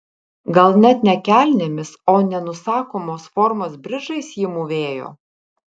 gal net ne kelnėmis o nenusakomos formos bridžais ji mūvėjo